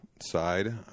side